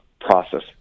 process